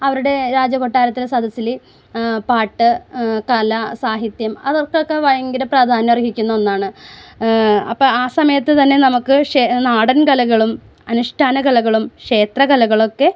അവരുടെ രാജ കൊട്ടാരത്തിന് സദസ്സില് പാട്ട് കല സാഹിത്യം അതൊക്കെ ഒക്കെ ഭയങ്കര പ്രാധാന്യം അർഹിക്കുന്ന ഒന്നാണ് അപ്പം ആ സമയത്ത് തന്നെ നമുക്ക് നാടൻ കലകളും അനുഷ്ടാന കലകളും ക്ഷേത്ര കലകളൊക്കെ